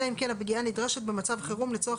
אלא אם כן הפגיעה נדרשת במצב חירום לצורך